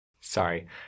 sorry